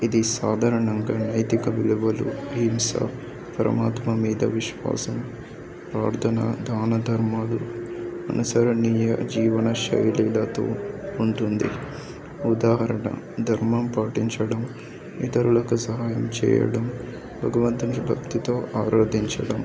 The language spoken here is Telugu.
ఇది సాధారణంగా నైతిక విలువలు హింస పరమాత్మ మీద విశ్వాసం ప్రార్థన దాననధర్మాలు అనుసరణీయ జీవన శైలిలతో ఉంటుంది ఉదాహరణ ధర్మం పాటించడం ఇతరులకు సహాయం చేయడం భగవంతుని భక్తితో ఆరోధించడం